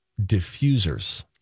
diffusers